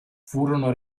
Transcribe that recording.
furono